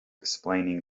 explaining